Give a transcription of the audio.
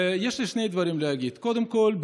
יש לי שני דברים להגיד: קודם כול,